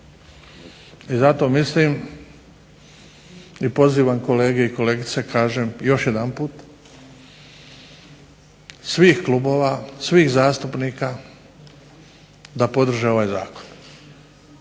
i zato mislim i pozivam kolege i kolegice kažem još jedanput svih klubova, svih zastupnika da podrže ovaj Zakon.